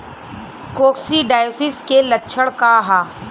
Coccidiosis के लक्षण का ह?